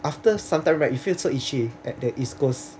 after some time right you feel so itchy at the east coast